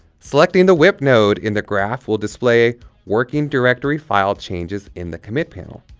selecting the wip node in the graph will display working directory file changes in the commit panel.